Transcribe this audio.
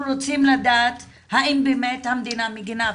אנחנו רוצים לדעת האם באמת המדינה מגנה.